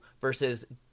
versus